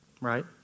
Right